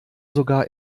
sogar